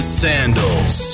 sandals